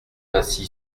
pacy